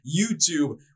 YouTube